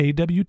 AWT